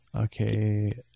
okay